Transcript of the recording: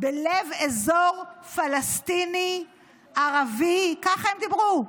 בלב אזור פלסטיני ערבי, ככה הם דיברו,